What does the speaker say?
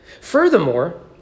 Furthermore